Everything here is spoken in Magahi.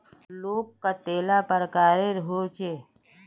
लोन कतेला प्रकारेर होचे?